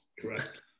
correct